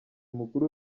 mukuru